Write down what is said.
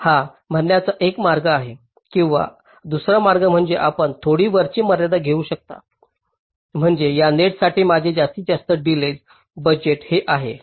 हा म्हणण्याचा एक मार्ग आहे किंवा दुसरा मार्ग म्हणजे आपण थोडी वरची मर्यादा देऊ शकता म्हणजे या नेटसाठी माझे जास्तीत जास्त डीलेय बजेट हे आहे